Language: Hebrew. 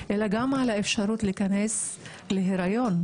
גם האפשרות להיכנס להריון.